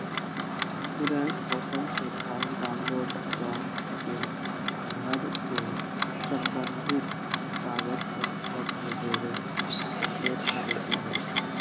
insurance portal से form download कऽ के भर के संबंधित कागज पत्र सभ के जौरे अपलोड करेके होइ छइ